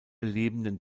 lebenden